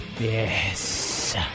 Yes